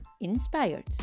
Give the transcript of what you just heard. inspired